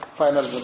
final